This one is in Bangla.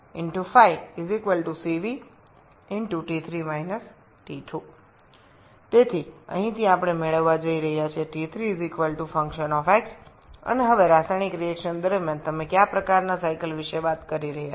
mfmf maCV CVAFstϕ Cv সুতরাং আমরা এখান থেকে পেতে চলেছি T3 f এবং এখন রাসায়নিক বিক্রিয়া চলাকালীন আপনি কোন ধরণের চক্রের কথা বলছেন